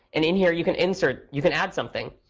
and in here, you can insert, you can add something.